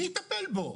מי יטפל בו?